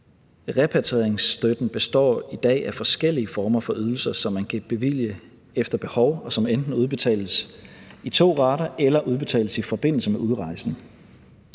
Repatrieringsstøtten består i dag af forskellige former for ydelser, som man kan bevilge efter behov, og som enten udbetales i to rater eller udbetales i forbindelse med udrejsen.